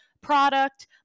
product